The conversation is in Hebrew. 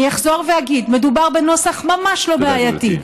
אני אחזור ואגיד: מדובר בנוסח ממש לא בעייתי.